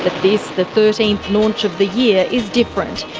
but this, the thirteenth launch of the year, is different,